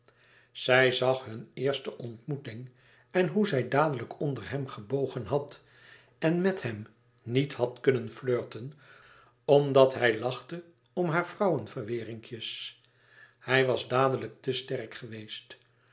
zij zag hunne eerste ontmoetingen en hoe zij dadelijk onder hem gebogen had en met hèm niet had kunnen flirten omdat hij lachte om hare vrouweverwerinkjes hij was dadelijk te sterk geweest